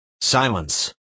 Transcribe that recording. silence